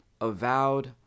Avowed